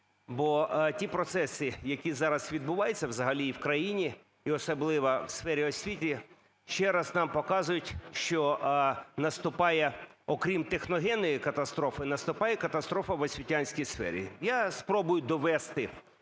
бо ті процеси, які зараз відбуваються взагалі в країні, і особливо в сфері освіти, ще раз нам показують, що наступає, окрім техногенної катастрофи, наступає катастрофа в освітянській сфері. Я спробую довести